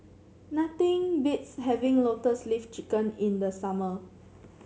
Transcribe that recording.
nothing beats having Lotus Leaf Chicken in the summer